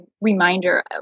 reminder